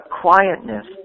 quietness